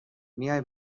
میای